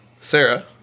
Sarah